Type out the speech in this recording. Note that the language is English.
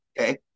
Okay